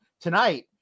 tonight